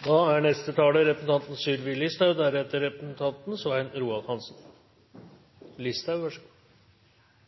I Norge er det dessverre slik at det er